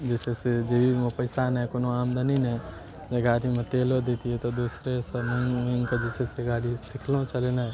जे छै से जेबीमे पइसा नहि कोनो आमदनी नहि जे गाड़िओमे तेलो देतिए तऽ दोसरेसँ माँगि माँगिकऽ जे छै से गाड़ी सिखलहुँ चलेनाइ